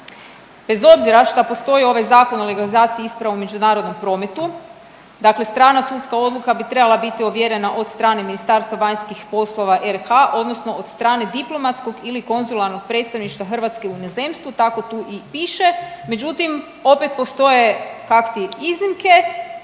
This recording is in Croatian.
bez obzira šta postoji ovaj Zakon o legalizaciji isprava u međunarodnom prometu. Dakle, strana sudska odluka bi trebala biti ovjerena od strane Ministarstva vanjskih poslova RH odnosno od strane diplomatskog ili konzularnog predstavništva Hrvatske u inozemstvu tako tu i piše, međutim opet postoje kakti iznimke,